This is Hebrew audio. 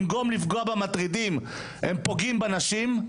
במקום לפגוע במטרידים הם פוגעים בנשים,